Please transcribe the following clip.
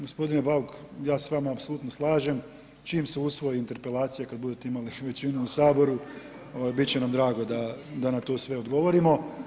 Gospodine Bauk, ja se s vama apsolutno slažem čim se usvoji interpelacija kad budete imali većinu u saboru, bit će nam drago da na sve to odgovorimo.